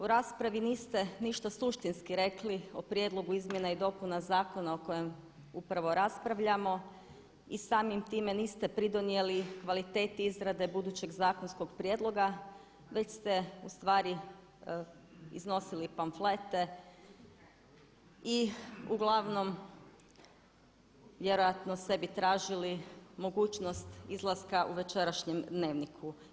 U raspravi niste ništa suštinski rekli o prijedlogu izmjena i dopuna zakona o kojem upravo raspravljamo i samim time niste pridonijeli kvaliteti izrade budućeg zakonskog prijedloga već ste ustvari iznosili pamflete i uglavnom vjerojatno sebi tražili mogućnost izlaska u večerašnjem Dnevniku.